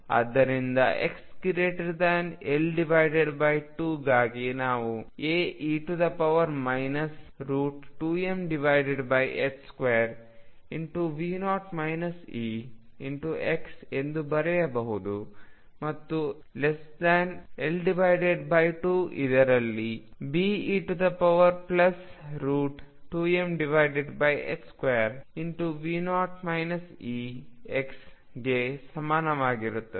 ಆದ್ದರಿಂದ xL2ಗಾಗಿ ನಾವು Ae 2m2V0 Ex ಎಂದು ಬರೆಯಬಹುದು ಮತ್ತು L2 ಇದರಲ್ಲಿ Be2m2V0 Ex ಗೆ ಸಮಾನವಾಗಿರುತ್ತದೆ